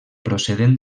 procedent